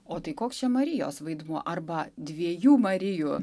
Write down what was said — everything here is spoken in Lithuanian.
o tai koks čia marijos vaidmuo arba dviejų marijų